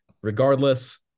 regardless